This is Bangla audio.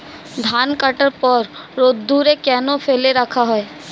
ধান কাটার পর রোদ্দুরে কেন ফেলে রাখা হয়?